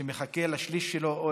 שמחכה לשליש שלו או